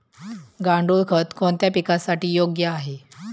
गांडूळ खत कोणत्या पिकासाठी योग्य आहे?